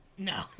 No